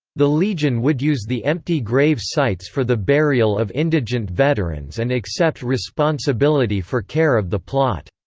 the legion would use the empty grave sites for the burial of indigent veterans and accept responsibility for care of the plot.